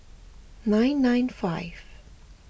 nine nine five